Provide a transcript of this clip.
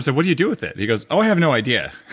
so what do you do with it? he goes, oh i have no idea.